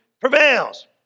prevails